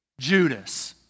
Judas